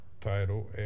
title